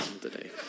today